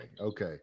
Okay